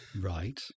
Right